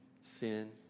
sin